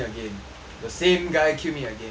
the same guy killed me again